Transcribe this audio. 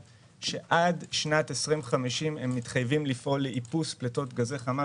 שעד שנת 2050 הם מתחייבים לפעול לאיפוס פליטות גזי חממה.